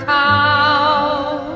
town